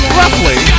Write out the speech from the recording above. roughly